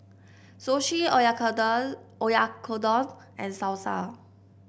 Sushi Oyakodon Oyakodon and Salsa